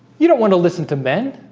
you don't want to listen to men.